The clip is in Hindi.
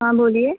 हाँ बोलिए